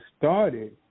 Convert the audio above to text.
started